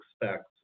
expect